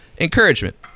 Encouragement